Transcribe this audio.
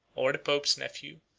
or the pope's nephew,